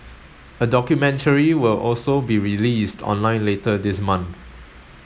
a documentary will also be released online later this month